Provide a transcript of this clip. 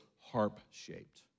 harp-shaped